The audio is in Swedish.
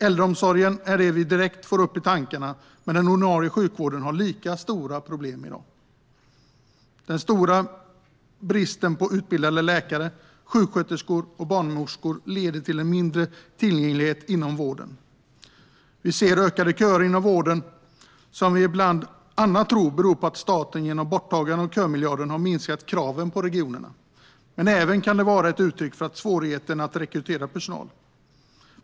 Äldreomsorgen är det vi direkt får upp i tankarna, men den ordinarie sjukvården har lika stora problem i dag. Den stora bristen på utbildade läkare, sjuksköterskor och barnmorskor leder till mindre tillgänglighet i vården. Vi ser inom vården ökade köer som vi bland annat tror beror på att staten genom borttagande av kömiljarden har minskat kraven på regionerna. Men det kan även vara ett utryck för svårigheten att rekrytera personal.